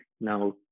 now